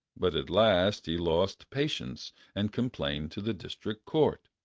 but at last he lost patience and complained to the district court.